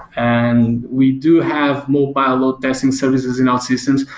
and we do have mobile load testing services in outsystems,